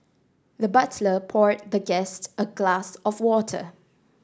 the butler poured the guest a glass of water